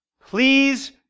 please